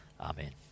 Amen